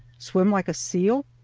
swim like a seal,